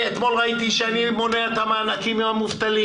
אתמול ראיתי שאני מונע את המענקים מהמובטלים